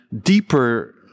deeper